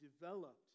developed